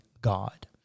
God